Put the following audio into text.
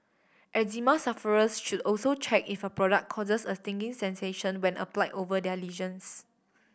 eczema sufferers should also check if a product causes a stinging sensation when applied over their lesions